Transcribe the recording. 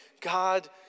God